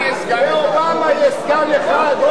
חבר הכנסת גפני, אפילו לאובמה יש סגן אחד.